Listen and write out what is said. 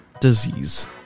Disease